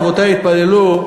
אבותי התפללו,